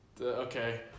okay